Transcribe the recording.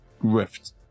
rift